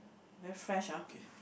very fresh ah